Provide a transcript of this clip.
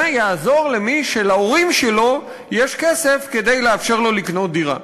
זה יעזור למי שלהורים שלו יש כסף כדי לאפשר לו לקנות דירה.